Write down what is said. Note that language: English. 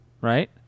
right